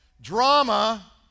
drama